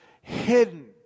hidden